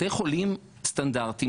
בתי חולים סטנדרטים,